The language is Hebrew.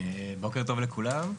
בוקר טוב לכולם.